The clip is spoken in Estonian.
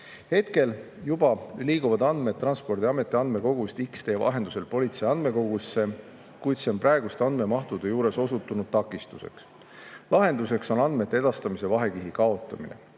Hetkel juba liiguvad andmed Transpordiameti andmekogust X-tee vahendusel politsei andmekogusse, kuid seal on praeguste andmemahtude juures olnud takistusi. Lahenduseks on andmete edastamise vahekihi kaotamine.